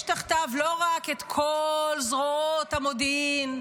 יש תחתיו לא רק את כל זרועות המודיעין,